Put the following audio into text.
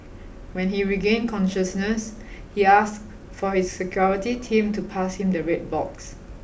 when he regained consciousness he asked for his security team to pass him the red box